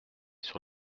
sur